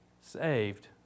saved